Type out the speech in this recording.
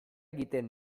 egiten